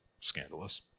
scandalous